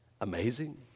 Amazing